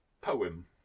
poem